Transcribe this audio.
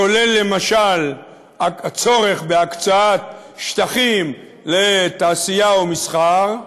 כולל למשל הצורך בהקצאת שטחים לתעשייה ומסחר,